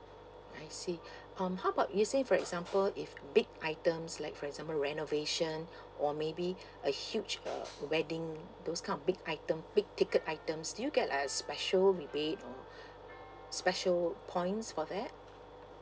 I see um how about you say for example if big items like for example renovation or maybe a huge uh wedding those kind of big item big ticket items do you get like special rebate or special points for that